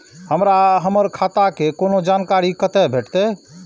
हमरा हमर खाता के कोनो जानकारी कते भेटतै